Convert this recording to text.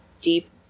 deep